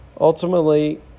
Ultimately